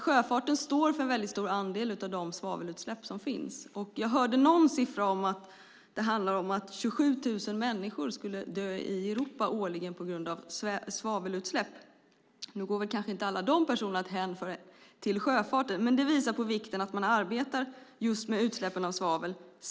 Sjöfarten står för en mycket stor andel av de svavelutsläpp som sker. Jag hörde någon siffra om att det handlar om att 27 000 människor i Europa skulle dö årligen på grund av svavelutsläpp. Alla de personerna går väl inte att hänföra till sjöfarten. Men det visar på vikten av att man arbetar just med utsläppen av svavel.